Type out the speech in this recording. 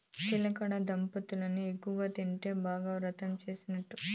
చిలకడ దుంపల్ని ఎక్కువగా తింటే బాగా వాతం చేస్తందట